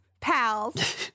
Pals